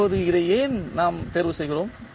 இப்போது இதை ஏன் நாம் தேர்வு செய்கிறோம்